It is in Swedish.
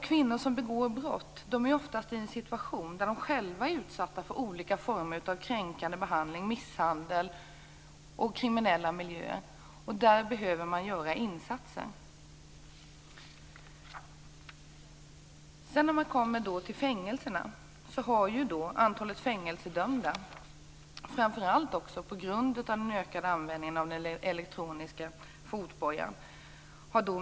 Kvinnor som begår brott är oftast i en situation där de själva är utsatta för olika former av kränkande behandling, misshandel och kriminella miljöer, och där behöver man göra insatser. När vi då kommer till frågan om fängelserna, har antalet fängelsedömda minskat, framför allt på grund av den ökade användningen av elektronisk fotboja.